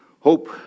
hope